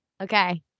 Okay